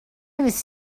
was